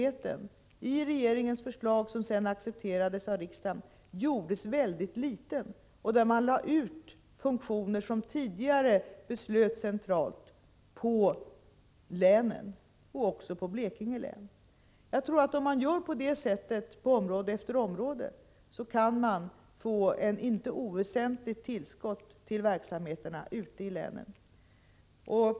Men i regeringens förslag, som också accepterades av riksdagen, gjordes den myndigheten mycket liten. Sådana funktioner som tidigare beslutades centralt har i stället överlåtits på länen. Det gäller även Blekinge län. Om man gör på samma sätt på område efter område, tror jag att man kan få ett icke oväsentligt tillskott till verksamheterna ute i länen.